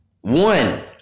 One